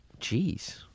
Jeez